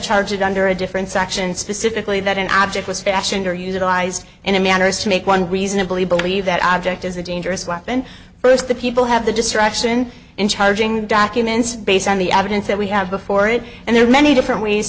charged under a different section specifically that an object was fashioned or utilized in a manner as to make one reasonably believe that object is a dangerous weapon first the people have the discretion in charging documents based on the evidence that we have before it and there are many different ways